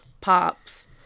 pops